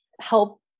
help